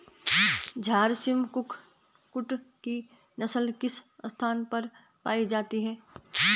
झारसिम कुक्कुट की नस्ल किस स्थान पर पाई जाती है?